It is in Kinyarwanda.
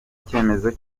icyemezo